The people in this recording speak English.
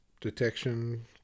detection